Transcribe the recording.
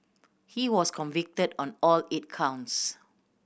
he was convicted on all eight counts